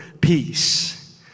peace